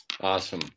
Awesome